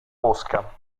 mosca